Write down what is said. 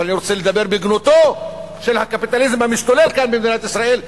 אבל אני רוצה לדבר בגנותו של הקפיטליזם המשתולל כאן במדינת ישראל,